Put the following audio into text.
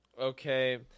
okay